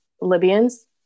Libyans